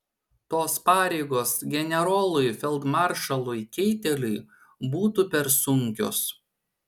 tos pareigos generolui feldmaršalui keiteliui būtų per sunkios